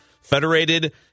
Federated